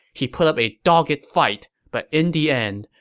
he put up a dogged fight, but in the end,